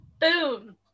Boom